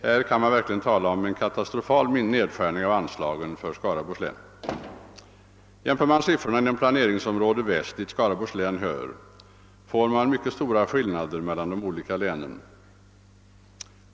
Här kan man verkligen tala om en katastrofal nedskärning av anslagen till Skaraborgs län. Om man jämför siffrorna inom Planläggningsområde väst, dit Skaraborgslän hör, finner man mycket stora skillnader mellan de olika länen.